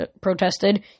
protested